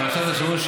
פרשת השבוע, אוקיי.